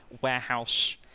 warehouse